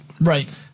Right